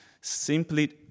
simply